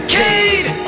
decade